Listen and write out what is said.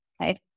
Okay